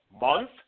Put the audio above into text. month